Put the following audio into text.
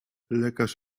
lekarz